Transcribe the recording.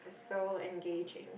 so engaging